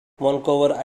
vancouver